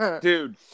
dude